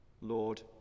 Lord